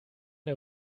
der